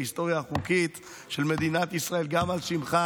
בהיסטוריה החוקית של מדינת ישראל גם על שמך,